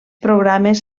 programes